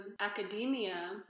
academia